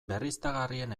berriztagarrien